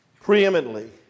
preeminently